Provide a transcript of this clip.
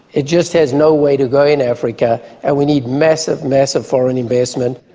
it just has nowhere to go in africa, and we need massive, massive foreign investment.